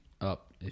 up